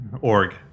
org